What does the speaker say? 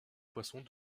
poissons